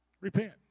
Repent